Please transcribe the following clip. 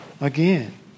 again